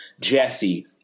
Jesse